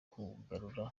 kugaruka